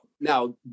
Now